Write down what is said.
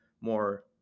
more